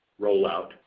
rollout